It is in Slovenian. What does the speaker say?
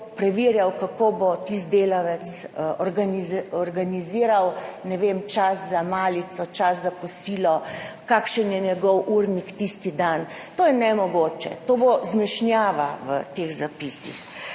kako si bo tisti delavec organiziral, ne vem, čas za malico, čas za kosilo, kakšen je njegov urnik tisti dan? To je nemogoče, to bo zmešnjava v teh zapisih.